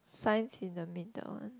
Science is the middle one